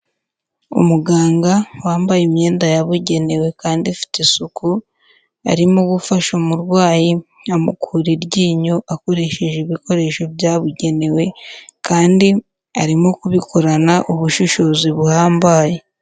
Umuganga wambaye imyenda yabugenewe kandi ifite isuku, arimo gufasha umurwayi amukura iryinyo akoresheje ibikoresho byabugenewe kandi arimo kubikorana ubushishozi buhambaye.